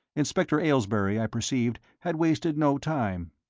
inspector aylesbury, i perceived, had wasted no time.